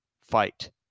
fight